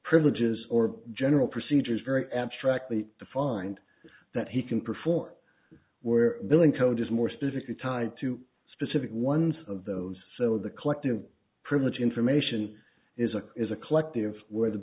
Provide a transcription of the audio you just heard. privileges or general procedures very abstractly to find that he can perform where billing code is more specifically tied to specific ones of those so the collective privilege information is a is a collective where the